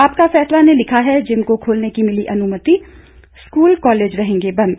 आपका फैसला ने लिखा है जिम को खोलने की मिली अनुमति स्कूल कॉलेज रहेंगे बंद